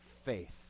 faith